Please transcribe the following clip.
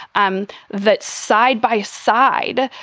um that side by side.